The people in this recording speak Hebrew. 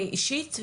אישית,